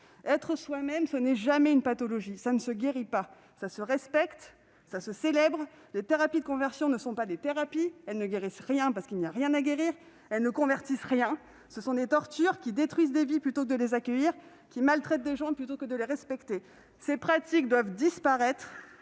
Être soi-même n'est jamais une pathologie ; cela ne se guérit pas. Cela se respecte, cela se célèbre. Les thérapies de conversion ne sont pas des thérapies. Elles ne guérissent rien, parce qu'il n'y a rien à guérir. Elles ne convertissent rien : ce sont des tortures, qui détruisent des vies plutôt que de les accueillir, qui maltraitent des gens plutôt que de les respecter. Ces pratiques doivent disparaître.